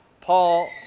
Paul